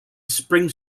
spring